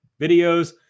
videos